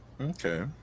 Okay